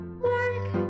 work